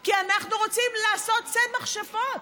כי אנחנו רוצים לעשות ציד מכשפות,